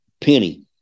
penny